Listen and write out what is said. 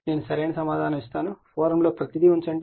నేను సరైన సమాధానం ఇస్తాను ఫోరమ్లో ప్రతీది ఉంచండి